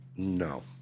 No